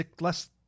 less